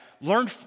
Learn